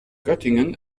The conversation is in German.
göttingen